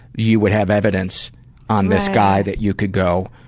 you would have evidence on this guy that you could go